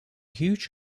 huge